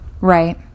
Right